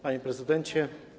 Panie Prezydencie!